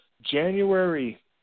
January